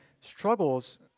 struggles